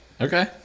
Okay